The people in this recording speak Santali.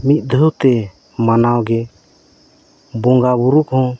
ᱢᱤᱫ ᱫᱷᱟᱹᱣᱛᱮ ᱢᱟᱱᱟᱣᱜᱮ ᱵᱚᱸᱜᱟᱼᱵᱩᱨᱩ ᱠᱚᱦᱚᱸ